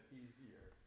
easier